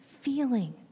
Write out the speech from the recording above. feeling